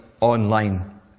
online